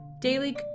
Daily